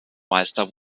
meister